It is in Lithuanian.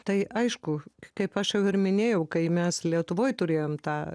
tai aišku kaip aš jau ir minėjau kai mes lietuvoj turėjom tą